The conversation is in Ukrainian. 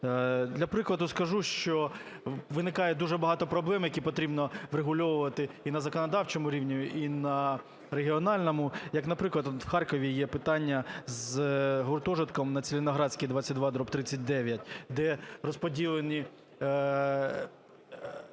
Для прикладу скажу, що виникає дуже багато проблем, які потрібно врегульовувати і на законодавчому рівні, і на регіональному. Як, наприклад, в Харкові є питання з гуртожитком на Цілиноградській, 22/39, де розподілені